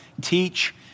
teach